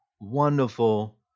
wonderful